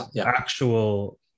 actual